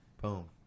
Boom